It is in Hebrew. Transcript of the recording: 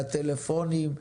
לטלפונים,